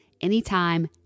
anytime